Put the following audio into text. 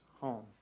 home